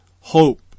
hope